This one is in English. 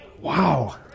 Wow